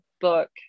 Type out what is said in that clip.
book